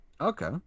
Okay